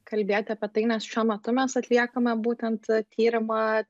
kalbėti apie tai nes šiuo metu mes atliekame būtent tyrimą